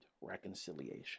reconciliation